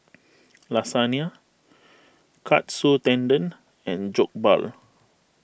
Lasagne Katsu Tendon and Jokbal